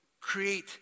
create